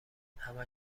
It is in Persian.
همه